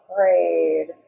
afraid